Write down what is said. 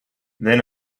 then